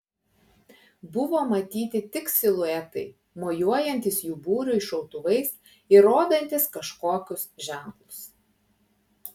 buvo matyti tik siluetai mojuojantys jų būriui šautuvais ir rodantys kažkokius ženklus